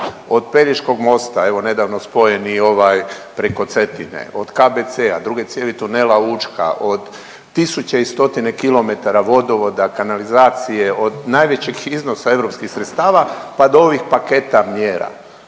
Od Pelješkog mosta evo nedavno spojen je i ovaj preko Cetine, od KBC-a, druge cijevi tunela Učka, od tisuće i stotine kilometara vodovoda, kanalizacije, od najvećeg iznosa europskih sredstava pa do ovih paketa mjera.